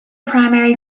primary